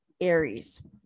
Aries